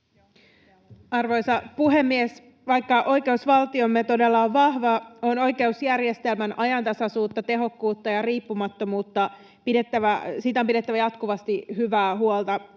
Arvoisa puhemies! Vaikka oikeusvaltiomme todella on vahva, on oikeusjärjestelmän ajantasaisuudesta, tehokkuudesta ja riippumattomuudesta pidettävä jatkuvasti hyvää huolta.